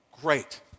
great